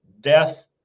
death